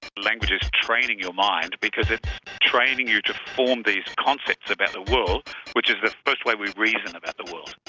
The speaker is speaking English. language is training your mind because it's training you to form these concepts about the world which is the first way we reason about the world.